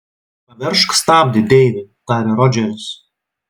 paveržk stabdį deivi tarė rodžeris